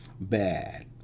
bad